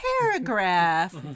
paragraph